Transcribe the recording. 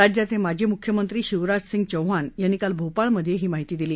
राज्याचे माजी मुख्यमंत्री शिवराज सिंग चौहान यांनी काल भोपाळ मध्ये ही माहिती दिली